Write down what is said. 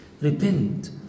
repent